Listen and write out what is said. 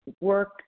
work